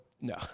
no